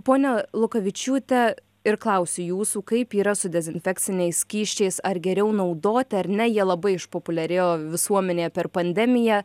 ponia lukavičiūte ir klausiu jūsų kaip yra su dezinfekciniais skysčiais ar geriau naudoti ar ne jie labai išpopuliarėjo visuomenė per pandemiją